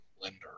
lender